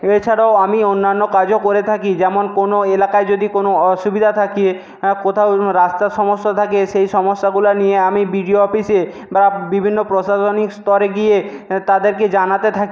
এছাড়াও আমি অন্যান্য কাজও করে থাকি যেমন কোনো এলাকায় যদি কোনো অসুবিধা থাকে কোথাও কোনো রাস্তার সমস্যা থাকে সেই সমস্যাগুলো নিয়ে আমি বিডিও অফিসে বা বিভিন্ন প্রশাসনিক স্তরে গিয়ে তাদেরকে জানাতে থাকি